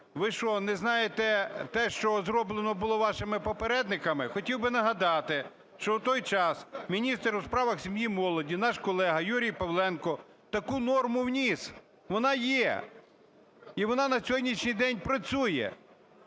Ви що, не знаєте те, що зроблено було вашими попередниками? Хотів би нагадати, що у той час міністр у справах сім'ї, молоді наш колега Юрій Павленко таку норму вніс, вона є, і вона на сьогоднішній день працює.